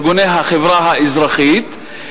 ארגוני החברה האזרחית,